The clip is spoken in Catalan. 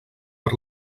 per